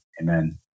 Amen